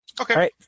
Okay